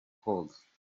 koga